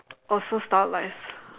oh so stylised